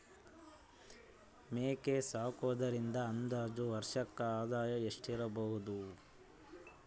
ಮೇಕೆ ಸಾಕುವುದರಿಂದ ಅಂದಾಜು ವಾರ್ಷಿಕ ಆದಾಯ ಎಷ್ಟಿರಬಹುದು?